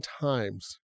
times